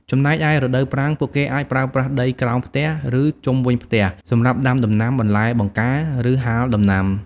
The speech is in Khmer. ចំណែកឯរដូវប្រាំង ពួកគេអាចប្រើប្រាស់ដីក្រោមផ្ទះ ឬជុំវិញផ្ទះ សម្រាប់ដាំដំណាំ បន្លែបង្ការ ឬហាលដំណាំ ។